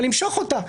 אני אמשוך אותה,